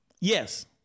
Yes